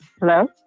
Hello